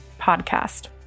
podcast